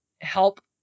help